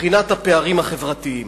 מבחינת הפערים החברתיים: